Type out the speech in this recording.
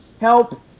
help